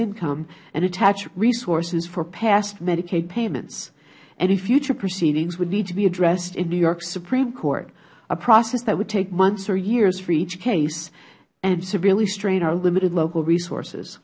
income and attach resources for past medicaid payments any future proceedings would need to be addressed in new york supreme court a process that would take months or years for each case and severely strain our limited local resources